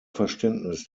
verständnis